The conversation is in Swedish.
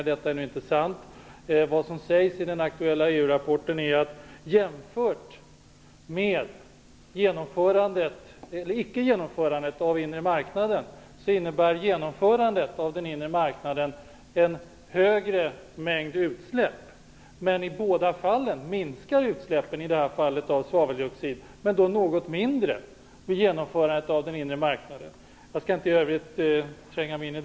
Men detta är inte sant. I den aktuella EU-rapporten sägs det att jämfört med ett icke-genomförande av den inre marknaden innebär ett genomförande en högre mängd utsläpp. I båda fallen minskar utsläppen av i det här fallet svaveldioxid, men de minskar i något mindre utsträckning vid ett genomförande av den inre marknaden. Jag skall inte tränga längre in i debatten i övrigt.